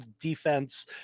defense